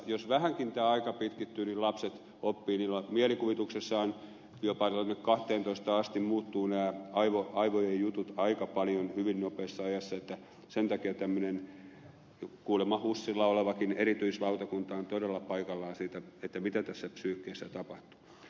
jos vähänkin tämä aika pitkittyy niin lapset oppivat heidän mielikuvituksessaan jopa kahteentoista ikävuoteen asti muuttuvat nämä aivojen jutut aika paljon hyvin nopeassa ajassa ja sen takia tämmöinen kuulemma husillakin oleva erityislautakunta on todella paikallaan siinä mitä tässä psyykessä tapahtuu